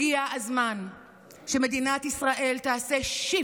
הגיע הזמן שמדינת ישראל תעשה shift